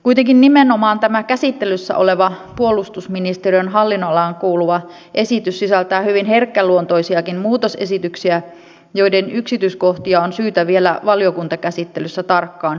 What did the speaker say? kuitenkin nimenomaan tämä käsittelyssä oleva puolustusministeriön hallinnonalaan kuuluva esitys sisältää hyvin herkkäluontoisiakin muutosesityksiä joiden yksityiskohtia on syytä vielä valiokuntakäsittelyssä tarkkaan harkita